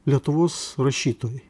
lietuvos rašytojai